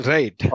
Right